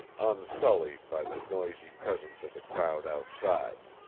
unsullied by the noisy presence of the crowd outside.